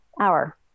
hour